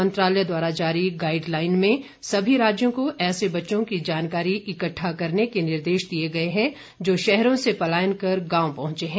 मंत्रालय द्वारा जारी गाइड लाइन में सभी राज्यों को ऐसे बच्चों की जानकारी इक्कठा करने के निर्देश दिए हैं जो शहरों से पलायन कर गांव पहुंचे हैं